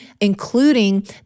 including